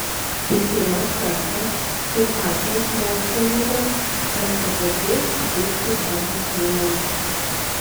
ir pirmas kartas kai azijos mokslininkams tenka garbė suteikti vardą elementui